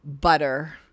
butter